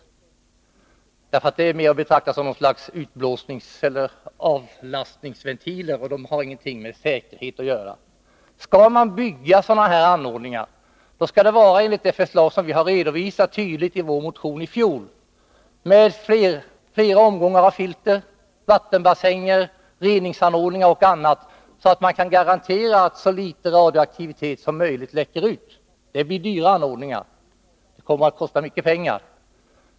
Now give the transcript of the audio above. De är snarare att betrakta som ett slags utblåsningseller avlastningsventiler. De har ingenting med säkerhet att göra. Skall man ha anordningar av detta slag, skall det vara enligt det förslag som vi tydligt redovisat i en motion fjol. Det skall vara flera omgångar filter, vattenbassänger, reningsanordningar och annat, så att man kan garantera att så litet radioaktivitet som möjligt läcker ut. Det blir dyra anordningar — de kommer att kosta mycket pengar.